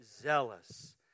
zealous